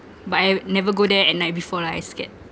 but I never go there at night before lah I scared